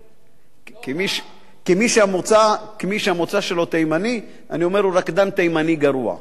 כמי שהמוצא שלו תימני אני אומר: הוא רקדן תימני גרוע.